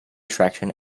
attraction